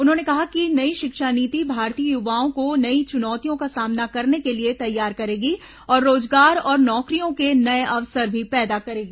उन्होंने कहा कि नई शिक्षा नीति भारतीय युवाओं को नई चुनौतियों का सामना करने के लिए तैयार करेगी और रोजगार और नौकरियों के नए अवसर भी पैदा करेगी